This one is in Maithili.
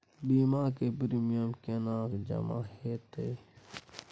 बीमा के प्रीमियम केना जमा हेते?